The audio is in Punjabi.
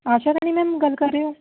ਆਸ਼ਾ ਰਾਣੀ ਮੈਮ ਗੱਲ ਕਰ ਰਹੇ ਹੋ